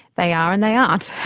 they are and they aren't.